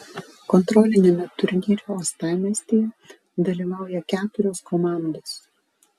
kontroliniame turnyre uostamiestyje dalyvauja keturios komandos